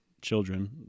children